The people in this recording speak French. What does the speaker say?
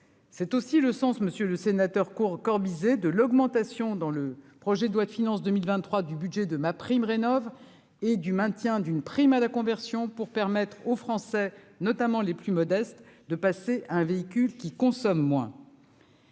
C'est aussi le sens monsieur le sénateur cours Corbizet de l'augmentation dans le projet de loi de finances 2023 du budget 2 MaPrimeRénov'et du maintien d'une prime à la conversion pour permettre aux Français, notamment les plus modestes, de passer un véhicule qui consomme moins.